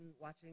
watching